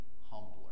humbler